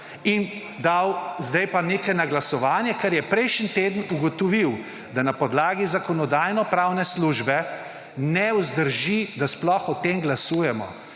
pa nekaj na glasovanje, kar je prejšnji teden ugotovil, da na podlagi Zakonodajno-pravne službe ne vzdrži, da sploh o tem glasujemo.